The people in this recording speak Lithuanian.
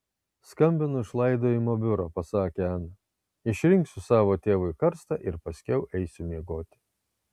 skambinu iš laidojimo biuro pasakė ana išrinksiu savo tėvui karstą ir paskiau eisiu miegoti